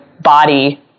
body